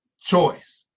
choice